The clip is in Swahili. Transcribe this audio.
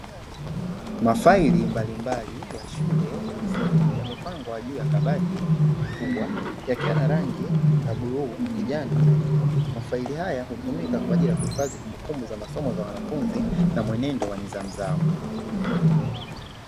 Mafaili mbalimbali ya shule ya msingi, yamepangwa juu ya kabati kubwa, yakiwa na rangi bluu, kijani na nyekundu. Mafaili haya hutumika kwa ajili ya kuhifadhi kumbukumbu za masomo za wanafunzi na mwenendo wa nidhamu zao.